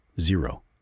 zero